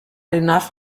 enough